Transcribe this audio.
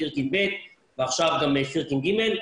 סירקין ב' ועכשיו גם סירקין ג',